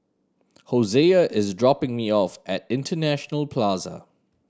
Hosea is dropping me off at International Plaza